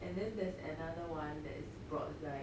and then there's another one that is Brotzeit